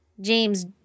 James